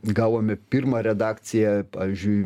gavome pirmą redakciją pavyzdžiui